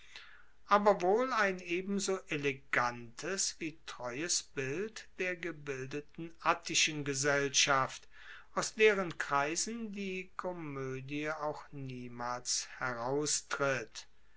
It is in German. aber wohl ein ebenso elegantes wie treues bild der gebildeten attischen gesellschaft aus deren kreisen die komoedie auch niemals heraustritt